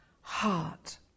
heart